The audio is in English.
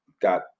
got